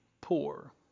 poor